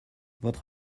votre